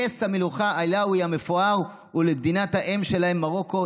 לכס המלוכה העלאווי המפואר ולמדינת האם שלהם מרוקו,